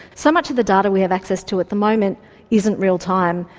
so much of the data we have access to at the moment isn't real time.